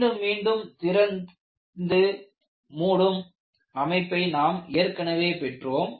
மீண்டும் மீண்டும் திறந்து மூடும் அமைப்பை நாம் ஏற்கனவே பெற்றோம்